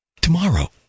tomorrow